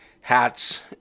hats